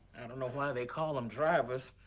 i don't know why they call them drivers.